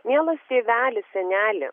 mielas tėveli seneli